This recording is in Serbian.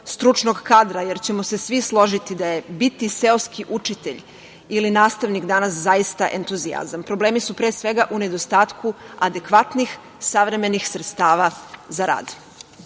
stručnog kadra, jer ćemo se svi složiti da je biti seoski učitelj ili nastavnik danas zaista entuzijazam. Problemi su pre svega u nedostatku adekvatnih savremenih sredstava za rad. Kao